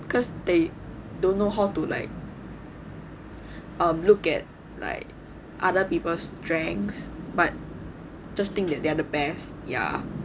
cause they don't know how to like um look at like other people's strength but just think that they are the best ya